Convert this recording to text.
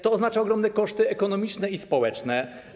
To oznacza ogromne koszty ekonomiczne i społeczne.